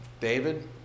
David